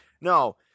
No